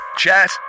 Chat